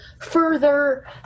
further